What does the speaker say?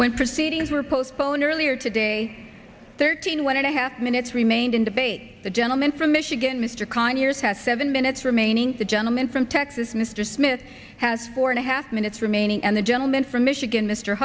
when proceedings were postponed earlier today thirteen wanted a half minutes remained in debate the gentleman from michigan mr conyers has seven minutes remaining the gentleman from texas mr smith has four and a half minutes remaining and the gentleman from michigan m